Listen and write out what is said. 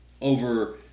over